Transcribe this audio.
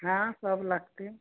हँ सब लगतै